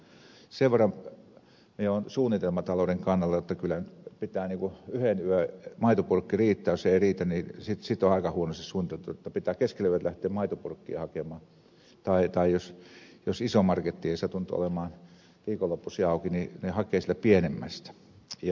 sen verran minä olen suunnitelmatalouden kannalta jotta kyllä pitää maitopurkin yksi yö riittää ja jos ei riitä sitten on aika huonosti suunniteltu että pitää keskellä yötä lähteä maitopurkkia hakemaan tai jos iso marketti ei satu nyt olemaan viikonloppuisin auki niin hakee sieltä pienemmästä